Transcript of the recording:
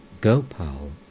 Gopal